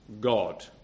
God